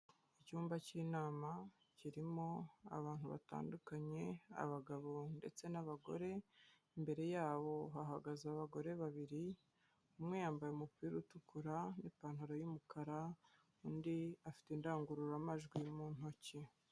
Icyumba cy'inama kirimo abantu batandukanye, abagabo ndetse n'abagore, imbere yabo hahagaze abagore babiri, umwe yambaye umupira utukura n'ipantaro y'umukara, undi afite indangururamajwi mu ntoki.